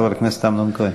חבר הכנסת אמנון כהן.